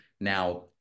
now